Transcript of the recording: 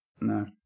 No